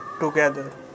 Together